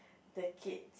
the kid